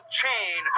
chain